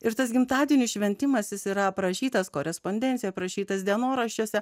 ir tas gimtadienių šventimas yra aprašytas korespondencija aprašytas dienoraščiuose